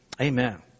Amen